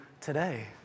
today